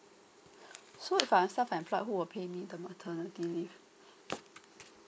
so if I self employed who will pay me the maternity leave